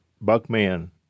Buckman